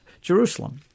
Jerusalem